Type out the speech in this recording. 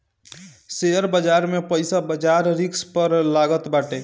share बाजार में पईसा बाजार रिस्क पअ लागत बाटे